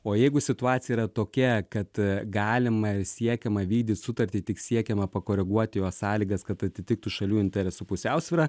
o jeigu situacija yra tokia kad galima ir siekiama vykdyt sutartį tik siekiama pakoreguoti jos sąlygas kad atitiktų šalių interesų pusiausvyrą